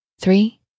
three